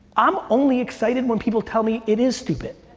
i'm only excited when people tell me it is stupid.